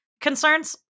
concerns